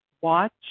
watch